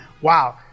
wow